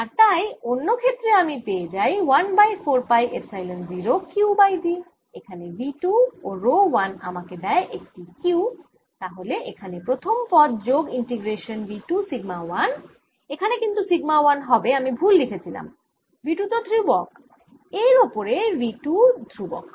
আর তাই অন্য ক্ষেত্রে আমি পেয়ে যাই 1 বাই 4 পাই এপসাইলন 0 q বাই d এখানে V 2 ও রো 1 আমাকে দেয় একটি Q তাহলে এখানে প্রথম পদ যোগ ইন্টিগ্রেশান V 2 সিগমা 1 এখানে কিন্তু সিগমা 1 হবে আমি ভুল লিখেছিলাম V 2 তো ধ্রুবক এর ওপরে V 2 ধ্রুবক